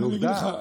זו עובדה.